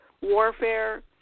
warfare